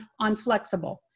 unflexible